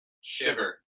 Shiver